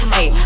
Hey